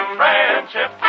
friendship